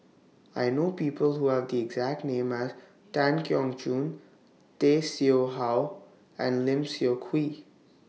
I know People Who Have The exact name as Tan Keong Choon Tay Seow Huah and Lim Seok Hui